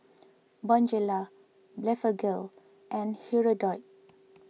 Bonjela Blephagel and Hirudoid